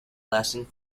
lasting